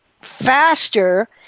faster